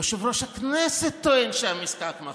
יושב-ראש הכנסת טוען שהמשחק מכור.